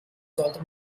sollte